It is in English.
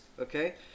okay